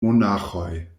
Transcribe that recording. monaĥoj